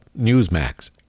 Newsmax